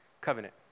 covenant